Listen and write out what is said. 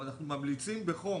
אנחנו ממליצים בחום.